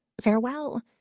Farewell